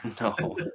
No